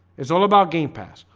it's all about game pass.